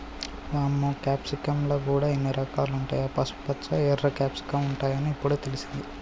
వామ్మో క్యాప్సికమ్ ల గూడా ఇన్ని రకాలుంటాయా, పసుపుపచ్చ, ఎర్ర క్యాప్సికమ్ ఉంటాయని ఇప్పుడే తెలిసింది